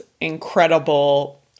incredible